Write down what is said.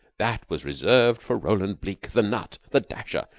that was reserved for roland bleke, the nut, the dasher,